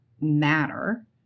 matter